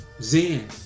Zen